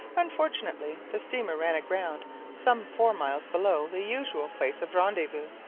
unfortunately, the steamer ran aground some four miles below the usual place of rendezvous,